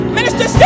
Minister